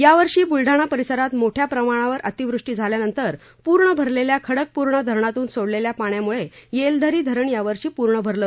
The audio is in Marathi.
यावर्षी बूलढाणा परिसरात मोठ्या प्रमाणावर अतिवृष्टी झाल्यानंतर पूर्ण भरलेल्या खडकपूर्णा धरणातून सोडलेल्या पाण्यामुळे येलदरी धरण यावर्षी पूर्ण भरलं